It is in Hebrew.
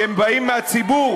שהם באים מהציבור,